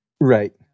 right